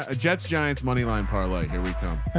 ah jets giants. moneyline parlay. here we go.